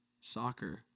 soccer